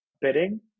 bidding